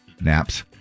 Naps